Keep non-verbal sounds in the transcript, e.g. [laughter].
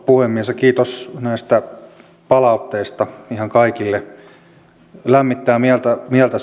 puhemies kiitos näistä palautteista ihan kaikille lämmittää mieltä mieltä [unintelligible]